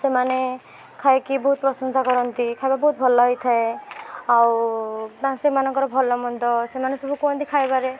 ସେମାନେ ଖାଇକି ବହୁତ ପ୍ରଶଂସା କରନ୍ତି ଖାଇବା ବହୁତ ଭଲ ହେଇଥାଏ ଆଉ ସେମାନଙ୍କର ଭଲ ମନ୍ଦ ସେମାନେ ସବୁ କୁହନ୍ତି ଖାଇବାରେ